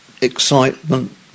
Excitement